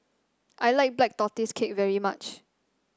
I like Black Tortoise Cake very much